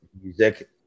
music